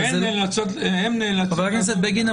והם נאלצים --- חבר הכנסת בגין,